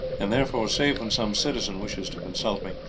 and therefore, save when some citizen wishes to consult me,